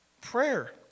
Prayer